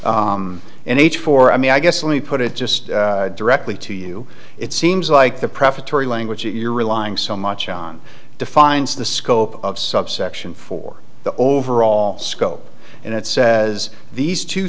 here and each for i mean i guess let me put it just directly to you it seems like the prefatory language that you're relying so much on defines the scope of subsection for the overall scope and it says these two